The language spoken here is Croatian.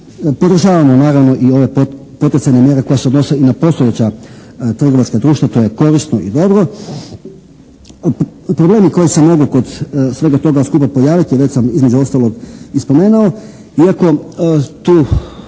Podržavamo naravno i ove poticajne mjere koje se odnose i na postojeća trgovačka društva. To je korisno i dobro. Problemi koji se mogu kod svega toga skupa pojaviti već sam između ostalog i spomenuo, iako tu